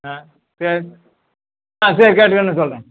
ஆ சரி ஆ சரி கேட்டேன்னு சொல்கிறேன்